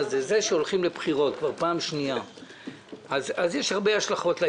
שהולכים לבחירות כבר פעם שנייה יש הרבה השלכות,